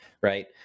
right